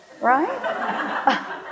right